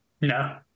No